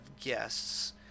guests